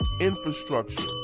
infrastructure